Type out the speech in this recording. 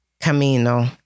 Camino